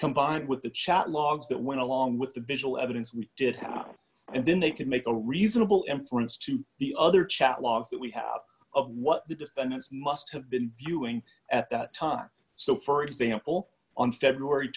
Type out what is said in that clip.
combined with the chat logs that went along with the visual evidence we did have and then they could make a reasonable inference to the other chat logs that we have of what the defendants must have been viewing at that time so for example on february